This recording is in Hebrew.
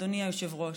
אדוני היושב-ראש,